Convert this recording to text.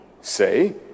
say